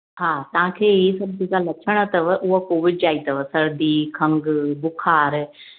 हा तव्हां खे हे सभु जेका लक्षण अथव उहो कोविड जा ई अथव सर्दी खंघि बुखारु